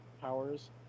powers